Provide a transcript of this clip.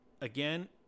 again